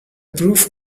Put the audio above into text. proof